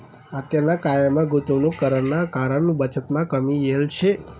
आतेना कायमा गुंतवणूक कराना कारण बचतमा कमी येल शे